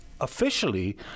Officially